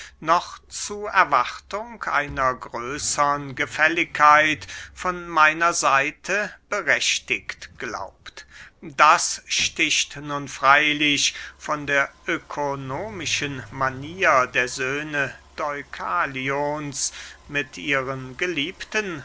noch zu erwartung einer größern gefälligkeit von meiner seite berechtigt glaubt das sticht nun freylich von der ökonomischen manier der söhne deukalions mit ihren geliebten